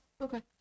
Okay